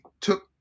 took